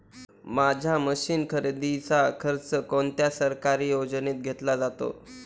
माझ्या मशीन खरेदीचा खर्च कोणत्या सरकारी योजनेत घेतला जातो?